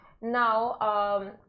now